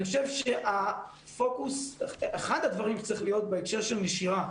אני חושב שאחד הדברים שצריכים להיות בהקשר של נשירה,